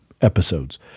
episodes